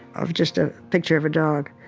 of just a picture of a dog.